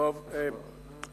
איפה השרים?